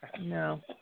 No